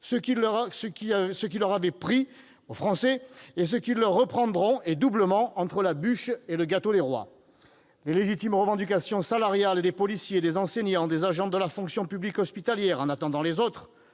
ce qu'ils leur avaient déjà pris, avant de le leur reprendre, et doublement, entre la bûche et le gâteau des rois. Les légitimes revendications salariales des policiers, des enseignants, des agents de la fonction publique hospitalière, en attendant les autres,